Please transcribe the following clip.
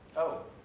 oh,